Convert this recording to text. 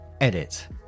edit